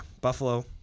buffalo